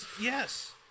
Yes